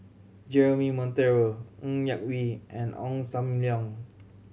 Jeremy Monteiro Ng Yak Whee and Ong Sam Leong